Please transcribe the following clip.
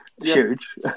Huge